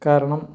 കാരണം